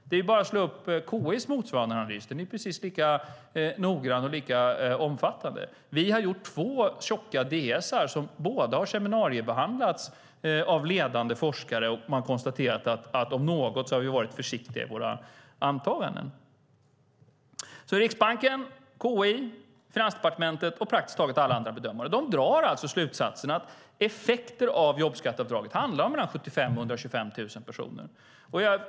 Det är bara att slå upp KI:s motsvarande analys. Den är precis lika noggrann och omfattande. Vi har gjort två tjocka departementsskrivelser som båda har seminariebehandlats av ledande forskare som konstaterat att om något så har vi varit försiktiga i våra antaganden. Riksbanken, KI, Finansdepartementet och praktiskt taget alla andra bedömare drar alltså slutsatsen att effekter av jobbskatteavdraget handlar om 75 000-125 000 personer.